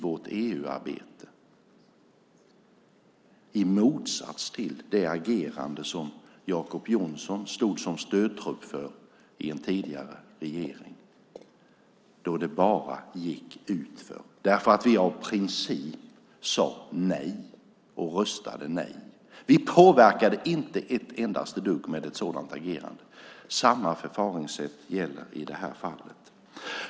Det står i motsats till det agerande från en tidigare regering som Jacob Johnson stod som stödtrupp för. Då gick det bara utför därför att vi av princip sade nej och röstade nej. Vi påverkade inte ett endaste dugg med ett sådant agerande. Samma förfaringssätt gäller i det här fallet.